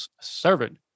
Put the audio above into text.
servant